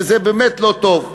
וזה באמת לא טוב.